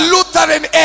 Lutheran